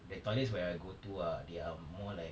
the toilets where I go to ah they are more like